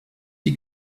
die